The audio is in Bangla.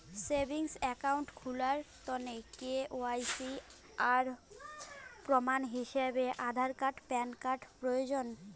সেভিংস অ্যাকাউন্ট খুলার তন্ন কে.ওয়াই.সি এর প্রমাণ হিছাবে আধার আর প্যান কার্ড প্রয়োজন